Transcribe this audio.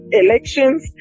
elections